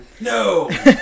no